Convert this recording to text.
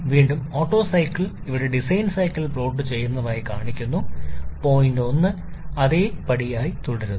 വീണ്ടും auto cycle ഇവിടെ design cycle plot ചെയ്യുന്നതായി കാണിക്കുന്നു പോയിന്റ് 1 അതേപടി തുടരുന്നു